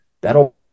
that'll